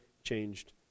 changed